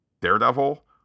daredevil